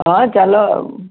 ହଁ ଚାଲ ଆଉ